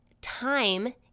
time